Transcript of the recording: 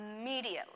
immediately